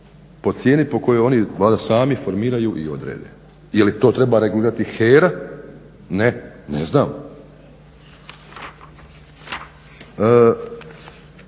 po cijeni po kojoj oni valjda sami formiraju i odrede? Je li to treba regulirati HERA? Ne? Ne znam.